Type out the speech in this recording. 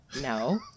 no